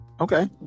Okay